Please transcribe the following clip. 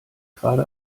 gerade